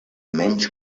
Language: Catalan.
menys